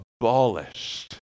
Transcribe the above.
abolished